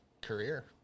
career